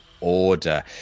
order